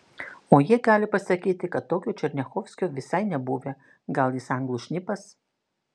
o jie gali pasakyti kad tokio černiachovskio visai nebuvę gal jis anglų šnipas